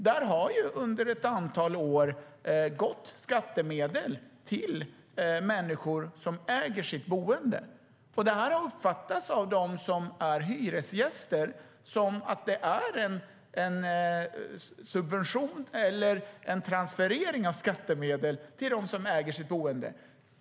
Där har ju under ett antal år skattemedel gått till människor som äger sitt boende. Det har uppfattats av dem som är hyresgäster som att det är en subvention eller en transferering av skattemedel till dem som äger sitt boende.